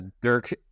Dirk